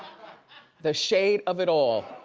the shade of it all.